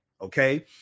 Okay